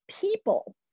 people